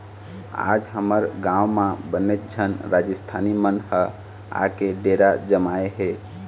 आज हमर गाँव म बनेच झन राजिस्थानी मन ह आके डेरा जमाए हे